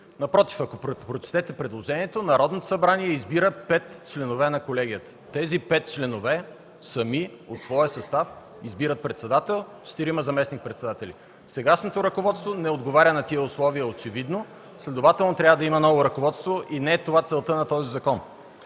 Напротив, ако прочетете предложението – „Народното събрание избира 5 членове на колегията”. Тези пет членове сами от своя състав избират председател и четирима заместник-председатели. Сегашното ръководство очевидно не отговаря не тези условия. Следователно трябва да има ново ръководство. Но не това е целта на този закон.